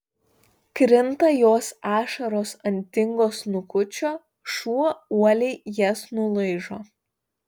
krinta jos ašaros ant tingo snukučio šuo uoliai jas nulaižo